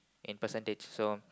in percentage so